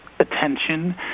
attention